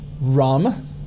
Rum